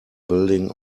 building